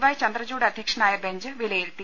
Y Chandrachud അധ്യക്ഷനായ bench വിലയിരുത്തി